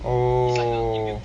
oh